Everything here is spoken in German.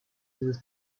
dieses